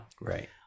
Right